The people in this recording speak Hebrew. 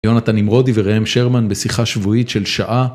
יונתן נמרודי וראם שרמן בשיחה שבועית של שעה.